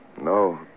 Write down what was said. No